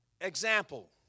Example